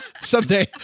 Someday